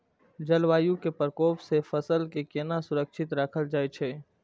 जलवायु के प्रकोप से फसल के केना सुरक्षित राखल जाय छै?